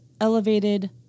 elevated